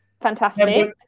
Fantastic